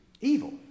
evil